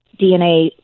DNA